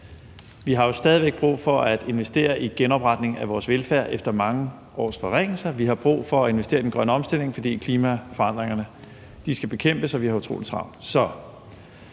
vi har jo stadig væk brug for at investere i genopretningen af vores velfærd efter mange års forringelser, og vi har brug for at investere i den grønne omstilling, fordi klimaforandringerne skal bekæmpes og vi har utrolig travlt.